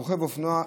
רוכב האופנוע,